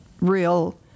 real